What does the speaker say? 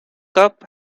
cup